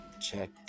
Check